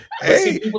Hey